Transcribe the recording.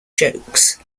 jokes